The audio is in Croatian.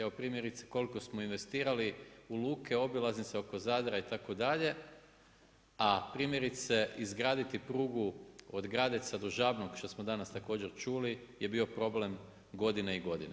Evo primjerice, koliko smo investirali u luke, obilaznice oko Zadra itd., a primjerice izgraditi prugu od Gradeca do Žabnog što danas također čuli je bio problem godine i godine.